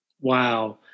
Wow